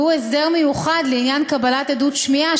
והוא הסדר מיוחד לעניין קבלת עדות שמיעה,